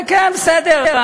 כן, כן, בסדר.